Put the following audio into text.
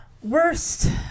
Worst